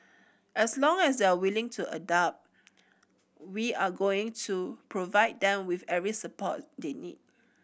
as long as they are willing to adapt we are going to provide them with every support they need